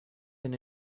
been